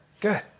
Good